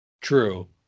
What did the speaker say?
true